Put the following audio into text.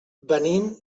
venim